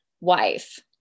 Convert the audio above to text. wife